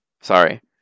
Sorry